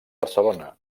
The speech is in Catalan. barcelona